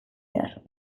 behar